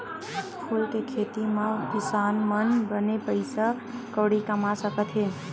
फूल के खेती करे मा किसान मन बने पइसा कउड़ी कमा सकत हे